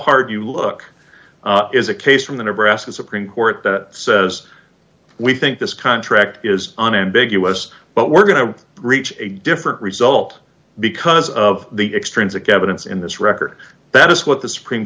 hard you look is a case from the nebraska supreme court that says we think this contract is unambiguous but we're going to reach a different result because of the extremes that get it's in this record that just what the supreme